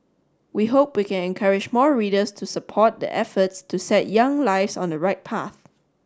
we hope we can encourage more readers to support the efforts to set young lives on the right path